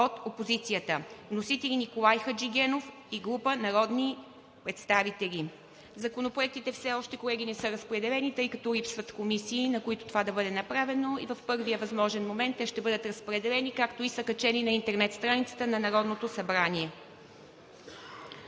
от опозицията. Вносители – Николай Хаджигенов и група народни представители. Колеги, законопроектите все още не са разпределени, тъй като липсват комисии, на които това да бъде направено. В първия възможен момент те ще бъдат разпределени, както и качени на интернет страницата на Народното събрание.